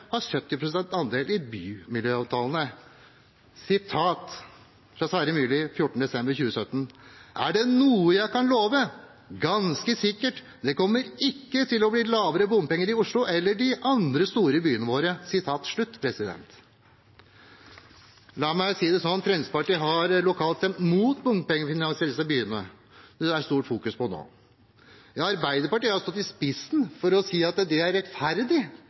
pst. statlig andel i bymiljøavtalene. Sitat fra Sverre Myrli 14. desember 2017: «Jeg tror at er det noe jeg kan love ganske sikkert, er det at det ikke kommer til å bli lavere bompenger i Oslo eller de andre store byene våre.» La meg si det sånn: Fremskrittspartiet har lokalt stemt imot bompengefinansiering i de byene som det er stort fokus på nå. Arbeiderpartiet har gått i spissen for å si at det er rettferdig